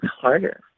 harder